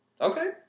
okay